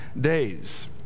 days